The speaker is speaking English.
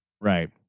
Right